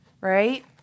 Right